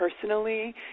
personally